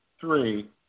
three